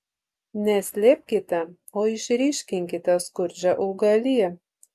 ne slėpkite o išryškinkite skurdžią augaliją